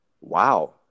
Wow